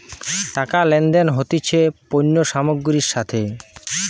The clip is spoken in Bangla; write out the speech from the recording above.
টাকা লেনদেন হতিছে পণ্য সামগ্রীর সাথে